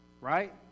right